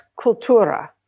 cultura